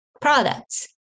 products